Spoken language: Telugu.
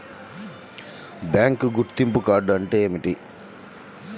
బ్యాంకు గుర్తింపు కార్డు అంటే ఏమిటి?